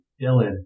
Dylan